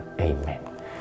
Amen